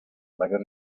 varias